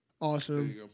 Awesome